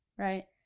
right?